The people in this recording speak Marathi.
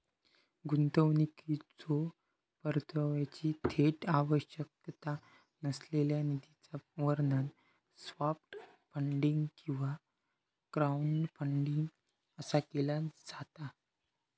गुंतवणुकीच्यो परताव्याची थेट आवश्यकता नसलेल्या निधीचा वर्णन सॉफ्ट फंडिंग किंवा क्राऊडफंडिंग असा केला जाता